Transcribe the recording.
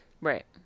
Right